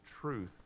truth